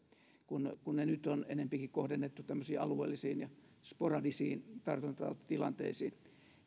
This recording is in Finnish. kun kun ne nyt on kohdennettu enempikin tämmöisiin alueellisiin ja sporadisiin tartuntatautitilanteisiin